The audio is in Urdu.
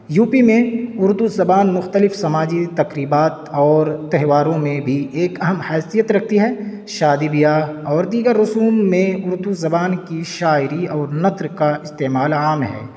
یو پی میں اردو زبان مختلف سماجی تقریبات اور تہواروں میں بھی ایک اہم حیثیت رکھتی ہے شادی بیاہ اور دیگر رسوم میں اردو زبان کی شاعری اور نثر کا استعمال عام ہے